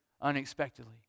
unexpectedly